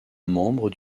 membre